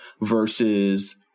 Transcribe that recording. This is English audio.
versus